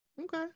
Okay